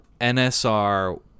NSR